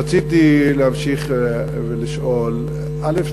רציתי להמשיך ולשאול, א.